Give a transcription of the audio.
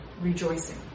rejoicing